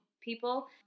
people